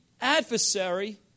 adversary